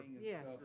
yes